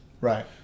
Right